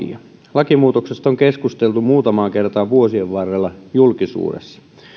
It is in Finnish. lakimuutoksesta on keskusteltu muutamaan kertaan vuosien varrella julkisuudessa